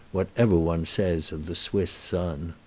whatever one says of the swiss sun.